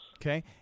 Okay